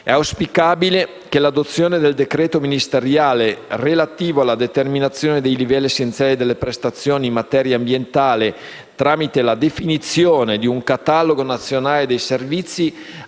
È auspicabile che l'adozione del decreto ministeriale relativo alla determinazione di livelli essenziali delle prestazioni tecniche ambientali, tramite la definizione di un Catalogo nazionale dei servizi, avvenga,